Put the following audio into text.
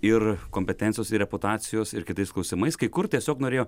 ir kompetencijos ir reputacijos ir kitais klausimais kai kur tiesiog norėjo